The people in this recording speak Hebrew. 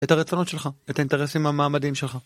את הרצונות שלך, את האינטרסים המעמדים שלך.